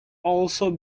also